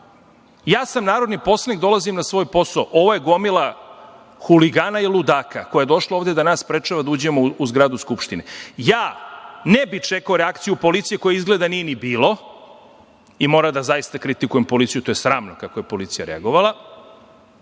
Ja sam narodni poslanik i dolazim na svoj posao. Ovo je gomila huligana i ludaka koja je došla ovde da nas sprečava da uđemo u zgradu Skupštine. Ja ne bih čekao reakciju policije, koje izgleda nije ni bilo i moram da zaista kritikujem policiju, to je sramno kako je policija reagovala,